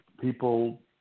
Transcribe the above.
people